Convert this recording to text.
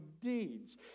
deeds